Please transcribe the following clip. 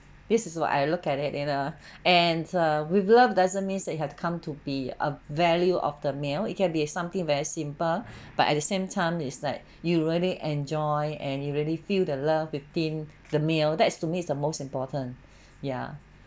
this is what I look at it in a and err with love doesn't means that it have come to be a value of the meal it can be a something very simple but at the same time is like you really enjoy and you really feel the love within the meal that is to me is the most important ya